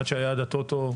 עד שהיה דרך ה"טוטו",